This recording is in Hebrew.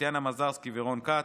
טטיאנה מזרסקי ורון כץ,